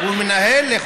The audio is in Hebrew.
הוא מנכ"ל.